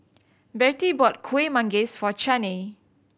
Bertie bought Kuih Manggis for Chaney